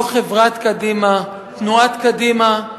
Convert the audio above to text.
לא חברת קדימה, תנועת קדימה.